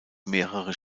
mehrere